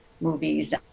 movies